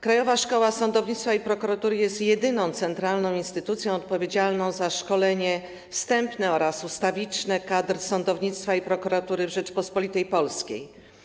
Krajowa Szkoła Sądownictwa i Prokuratury jest jedyną centralną instytucją odpowiedzialną za szkolenie wstępne oraz ustawiczne kadr sądownictwa i prokuratury w Rzeczypospolitej Polskiej.